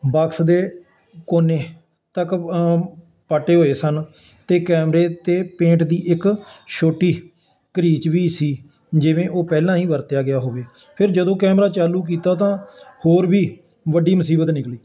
box ਦੇ ਕੋਨੇ ਤੱਕ ਪਾਟੇ ਹੋਏ ਸਨ ਅਤੇ ਕੈਮਰੇ 'ਤੇ ਪੇਂਟ ਦੀ ਇੱਕ ਛੋਟੀ ਕ੍ਰੀਚ ਵੀ ਸੀ ਜਿਵੇਂ ਉਹ ਪਹਿਲਾਂ ਹੀ ਵਰਤਿਆ ਗਿਆ ਹੋਵੇ ਫਿਰ ਜਦੋਂ ਕੈਮਰਾ ਚਾਲੂ ਕੀਤਾ ਤਾਂ ਹੋਰ ਵੀ ਵੱਡੀ ਮੁਸੀਬਤ ਨਿਕਲੀ